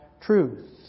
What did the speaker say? truth